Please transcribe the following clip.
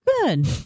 Good